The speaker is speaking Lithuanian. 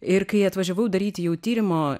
ir kai atvažiavau daryti jau tyrimo